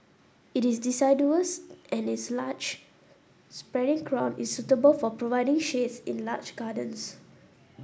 it is and its large spreading crown is suitable for providing shades in large gardens